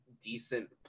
decent